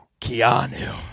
Keanu